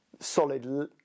solid